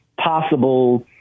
possible